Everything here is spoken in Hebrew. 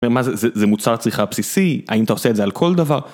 זה מוצר צריכה בסיסי, האם אתה עושה את זה על כל דבר?